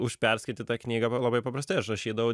už perskaitytą knygą labai paprastai aš rašydavau